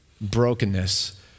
Brokenness